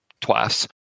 twice